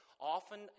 often